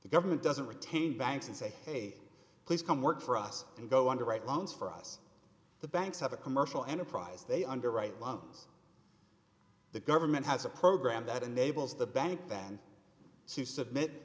the government doesn't retain banks and say hey please come work for us and go on to write loans for us the banks have a commercial enterprise they underwrite loans the government has a program that enables the bank then to submit